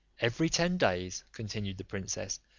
every ten days, continued the princess,